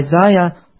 Isaiah